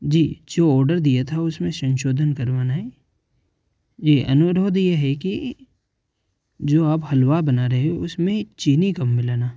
जी जो ओर्डर दिया था उसमें संशोधन करवाना है जी अनुरोध ये है कि जो आप हलवा बना रहे हो उसमें चीनी कम मिलाना